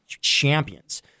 champions